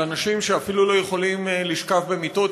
על אנשים שאפילו לא יכולים לשכב במיטות,